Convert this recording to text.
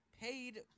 paid